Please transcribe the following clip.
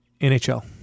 NHL